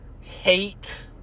Hate